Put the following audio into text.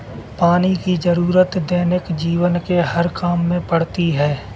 पानी की जरुरत दैनिक जीवन के हर काम में पड़ती है